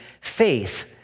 faith